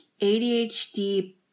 ADHD